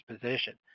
position